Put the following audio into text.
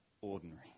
ordinary